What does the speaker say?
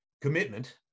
commitment